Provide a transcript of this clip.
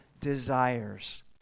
desires